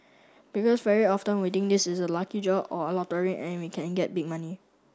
because very often we think this is a lucky draw or a lottery and we can get big money